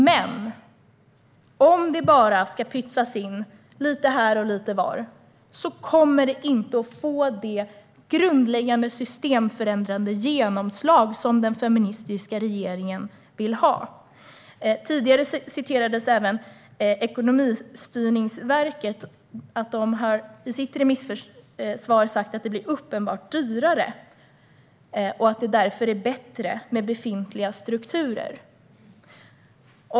Men om den bara ska pytsas in lite här och där kommer detta arbete inte att få det grundläggande systemförändrande genomslag som den feministiska regeringen vill ha. Tidigare hänvisades det till Ekonomistyrningsverket och att de i sitt remissvar har sagt att det blir uppenbart dyrare och att det därför är bättre med befintliga strukturer.